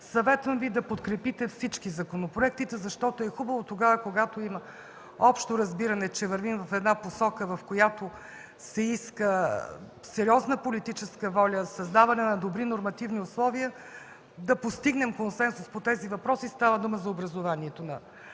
Съветвам Ви всички да подкрепите законопроектите, защото е хубаво, когато има общо разбиране, че вървим в една посока, в която се иска сериозна политическа воля, създаване на добри нормативни условия, да постигнем консенсус по тези въпроси. Става дума за образованието на